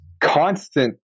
constant